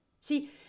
See